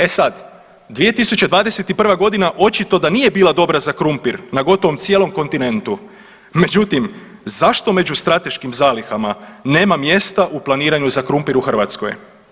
E sad, 2021.g. očito da nije bila dobra za krumpir na gotovo cijelom kontinentu, međutim zašto među strateškim zalihama nema mjesta u planiranju za krumpir u Hrvatskoj?